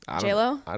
J-Lo